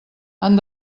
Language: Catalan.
han